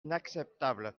inacceptable